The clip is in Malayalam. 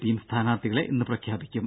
പിയും സ്ഥാനാർത്ഥികളെ ഇന്ന് പ്രഖ്യാപിക്കും